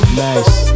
nice